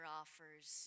offers